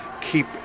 keep